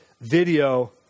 video